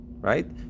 right